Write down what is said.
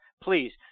please